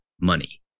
money